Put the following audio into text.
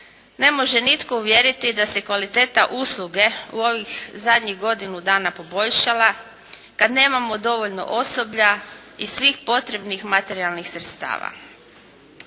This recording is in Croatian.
ne može nitko uvjeriti da se kvaliteta usluge u ovih zadnjih godinu dana poboljšala kad nemamo dovoljno osoblja i svih potrebnih materijalnih sredstava.